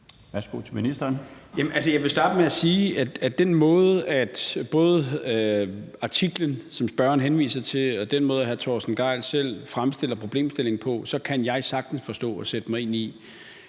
Jeg vil starte med at sige, at med både den måde, artiklen, som spørgeren henviser til, og den måde, hr. Torsten Gejl selv fremstiller problemstillingen på, kan jeg sagtens forstå og sætte mig ind i,